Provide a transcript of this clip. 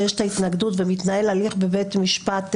אם יש התנגדות, מתנהל הליך מסודר בבית המשפט.